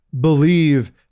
believe